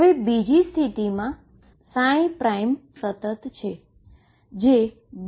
હવે બીજી કન્ડીશન કે જેમાં સતત છે